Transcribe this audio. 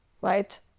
right